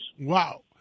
Wow